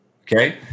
Okay